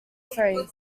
three